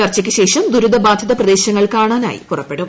ചർച്ചയ്ക്കുശേഷം ദൂരിതബാധിത പ്രദേശങ്ങൾ കാണാനായി പുറപ്പെടും